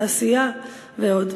תעשייה ועוד.